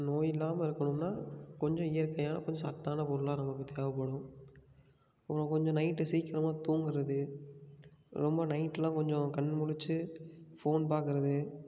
நோய் இல்லாமல் இருக்கணும்னால் கொஞ்சம் இயற்கையாக கொஞ்சம் சத்தான பொருளாக நமக்கு தேவைப்படும் அப்புறம் கொஞ்சம் நைட்டு சீக்கிரமாக தூங்குகிறது ரொம்ப நைட்டெலாம் கொஞ்சம் கண்ணு முழிச்சி ஃபோன் பார்க்கறது